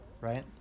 right